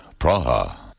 Praha